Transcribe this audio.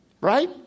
Right